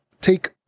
take